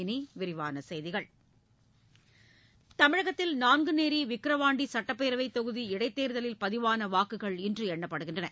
இனி விரிவான செய்திகள் தமிழகத்தில் நாங்குநேரி விக்கிரவாண்டி சட்டப்பேரவைத் தொகுதி இடைத்தேர்தலில் பதிவான வாக்குகள் இன்று எண்ணப்படுகின்றன